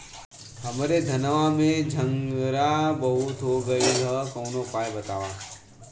हमरे धनवा में झंरगा बहुत हो गईलह कवनो उपाय बतावा?